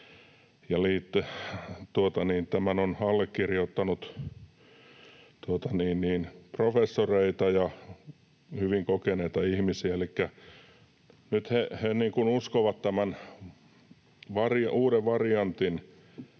Tämän on allekirjoittanut professoreita ja hyvin kokeneita ihmisiä. Elikkä nyt he uskovat tämän uuden variantin